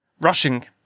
rushing